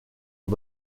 aux